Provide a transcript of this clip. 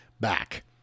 back